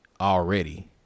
already